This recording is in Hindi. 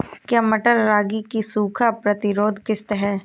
क्या मटर रागी की सूखा प्रतिरोध किश्त है?